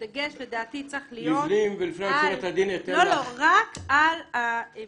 הדגש לדעתי צריך להיות רק על הסוגיה